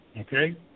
okay